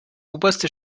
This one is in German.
oberste